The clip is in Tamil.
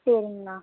சரிங்கண்ணா